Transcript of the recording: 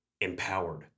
empowered